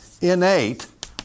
innate